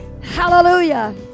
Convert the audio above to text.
Hallelujah